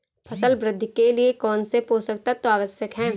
फसल वृद्धि के लिए कौनसे पोषक तत्व आवश्यक हैं?